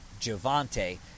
Javante